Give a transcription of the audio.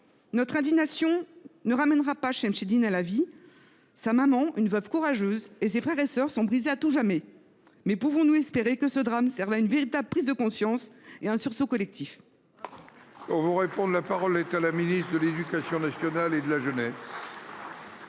Notre indignation ne ramènera pas Shemseddine à la vie. Sa maman, une veuve courageuse, son frère et sa sœur sont brisés à tout jamais. Pouvons nous espérer que ce drame serve à une véritable prise de conscience et à un sursaut collectif ?